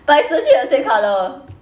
but it's legit the same colour